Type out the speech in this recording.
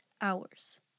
hours